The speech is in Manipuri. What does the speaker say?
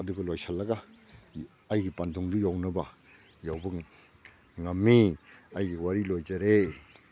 ꯑꯗꯨꯒ ꯂꯣꯏꯁꯤꯜꯂꯒ ꯑꯩꯒꯤ ꯄꯨꯟꯊꯨꯡꯗꯨ ꯌꯧꯅꯕ ꯌꯧꯕ ꯉꯝꯃꯤ ꯑꯩꯒꯤ ꯋꯥꯔꯤ ꯂꯣꯏꯖꯔꯦ